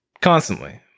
Constantly